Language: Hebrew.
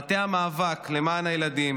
מטה המאבק למען הילדים,